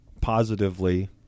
positively